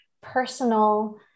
personal